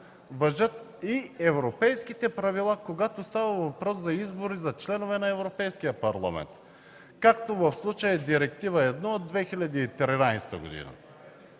важат и европейските правила, когато става въпрос за избори за членове на Европейския парламент, както в случая е Директива 1/2013 г.